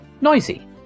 noisy